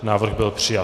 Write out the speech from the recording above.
Návrh byl přijat.